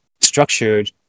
structured